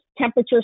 temperature